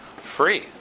Free